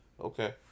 okay